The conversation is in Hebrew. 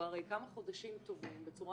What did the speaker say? כבר כמה חודשים טובים בצורה